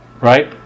Right